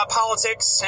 politics